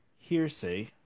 hearsay